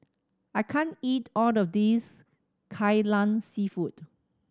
I can't eat all of this Kai Lan Seafood